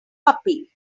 puppy